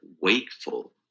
wakeful